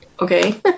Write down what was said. Okay